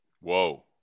Whoa